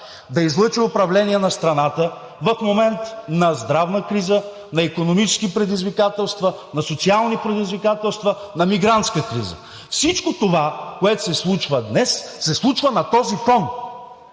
да излъчи управление на страната в момент на здравна криза, на икономически предизвикателства, на социални предизвикателства, на мигрантска криза! Всичко това, което се случва днес, се случва на този фон!